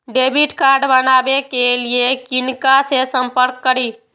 Debit card बनावे के लिए किनका से संपर्क करी?